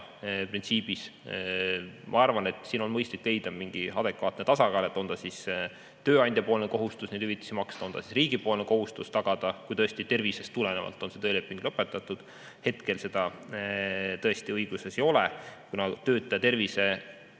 lahendamata. Ma arvan, et siin on mõistlik leida mingi adekvaatne tasakaal, on see siis tööandja kohustus neid hüvitisi maksta või riigi kohustus neid tagada, kui tõesti tervisest tulenevalt on tööleping lõpetatud. Hetkel seda tõesti õiguses ei ole, kuna töötaja tervise